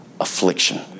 affliction